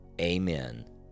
Amen